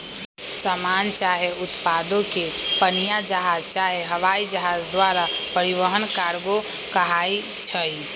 समान चाहे उत्पादों के पनीया जहाज चाहे हवाइ जहाज द्वारा परिवहन कार्गो कहाई छइ